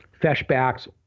Feshbacks